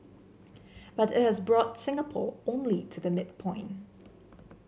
but it has brought Singapore only to the midpoint